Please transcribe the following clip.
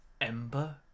Ember